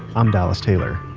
i'm dallas taylor